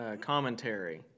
commentary